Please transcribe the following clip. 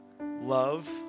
love